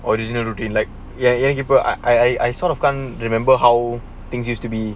original routine like ya ya keeper I I sort of can't remember how things used to be